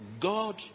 God